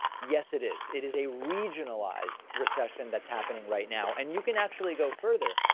yes it is. it is a regionalized recession that's happening right now and you can actually go further.